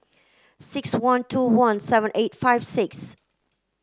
six one two one seven eight five six